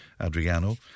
Adriano